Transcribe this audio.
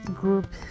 Group